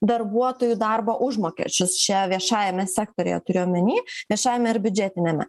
darbuotojų darbo užmokesčius čia viešajame sektoriuje turiu omeny viešajame ir biudžetiniame